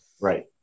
Right